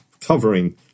covering